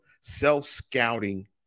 self-scouting